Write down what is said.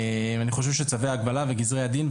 אני חושב שצווי ההגבלה וגזרי הדין,